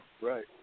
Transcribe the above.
right